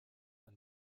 and